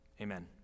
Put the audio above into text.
amen